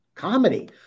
comedy